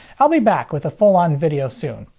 i'll be back with a full-on video soon.